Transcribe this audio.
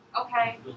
Okay